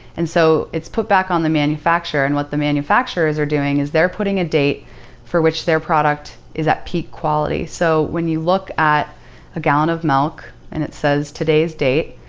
and so, it's put back on the manufacturer, and what the manufacturers are doing is they're putting a date for which their product is at peak quality. so when you look at a gallon of milk and it says today's date,